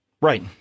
right